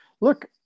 look